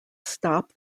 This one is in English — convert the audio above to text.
stop